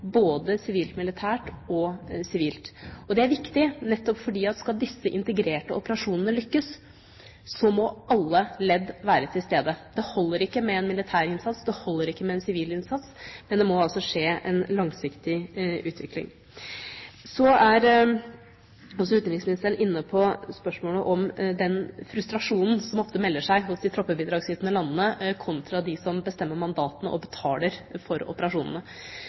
og sivilt. Og det er viktig. For skal disse integrerte operasjonene lykkes, må alle ledd være til stede. Det holder ikke med en militær innsats. Det holder ikke med en sivil innsats. Det må skje en langsiktig utvikling. Så er også utenriksministeren inne på spørsmålet om den frustrasjonen som ofte melder seg hos de troppebidragsytende landene kontra dem som bestemmer mandatene og betaler for operasjonene.